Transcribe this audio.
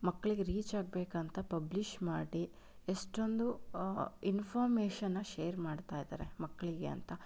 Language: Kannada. ಮಕ್ಕಳಿಗೆ ರೀಚಾಗಬೇಕಂತ ಪಬ್ಲಿಷ್ ಮಾಡಿ ಎಷ್ಟೊಂದು ಇನ್ಫಾರ್ಮೇಷನ್ನ ಶೇರ್ ಮಾಡ್ತಾ ಇದ್ದಾರೆ ಮಕ್ಕಳಿಗೆ ಅಂತ